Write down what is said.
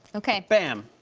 okay. bam.